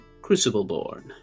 Crucibleborn